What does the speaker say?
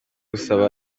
gusaba